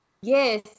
yes